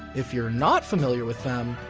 if you're not familiar with them,